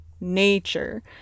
nature